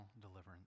deliverance